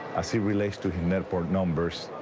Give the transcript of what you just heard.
as it relates to the network numbers,